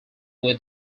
their